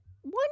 one